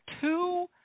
two